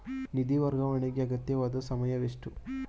ನಿಧಿ ವರ್ಗಾವಣೆಗೆ ಅಗತ್ಯವಾದ ಸಮಯವೆಷ್ಟು?